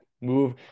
move